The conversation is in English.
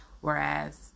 whereas